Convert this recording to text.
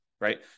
Right